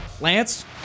Lance